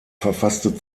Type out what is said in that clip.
verfasste